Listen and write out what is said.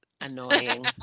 Annoying